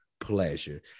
pleasure